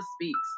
Speaks